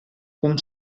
cum